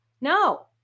No